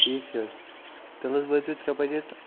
ٹھیٖک چھےٚ حظ تیٚلہِ حظ وٲتۍزیٚو ترٛےٚ بَجے تہٕ